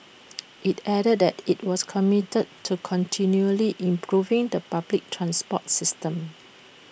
IT added that IT was committed to continually improving the public transport system